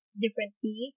differently